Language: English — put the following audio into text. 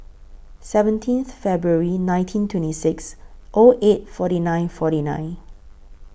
seventeenth February nineteen twenty six O eight forty nine forty nine